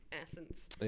essence